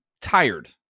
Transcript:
tired